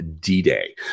D-Day